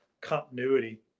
continuity